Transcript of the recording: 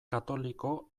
katoliko